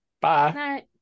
Bye